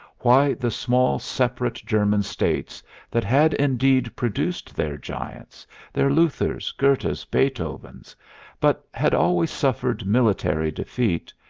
why the small separate german states that had indeed produced their giants their luthers, goethes, beethovens but had always suffered military defeat,